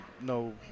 no